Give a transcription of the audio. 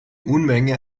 unmenge